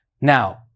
Now